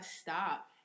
stop